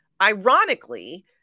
Ironically